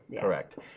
correct